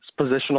positional